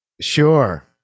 Sure